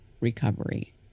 recovery